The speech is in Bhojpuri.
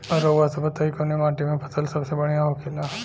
रउआ सभ बताई कवने माटी में फसले सबसे बढ़ियां होखेला?